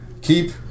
keep